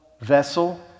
vessel